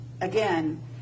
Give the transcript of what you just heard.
again